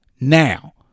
now